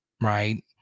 right